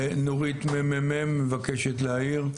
נורית ממ"מ מבקשת להעיר.